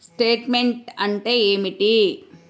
Statement అంటే ఏమిటి?